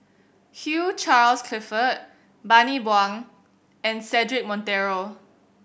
Hugh Charles Clifford Bani Buang and Cedric Monteiro